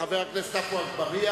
אז חבר הכנסת עפו אגבאריה.